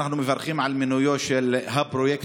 כמובן שאנחנו מברכים על מינויו של הפרויקטור,